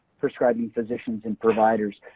prescribing physicians and providers,